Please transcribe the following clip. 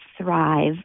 thrive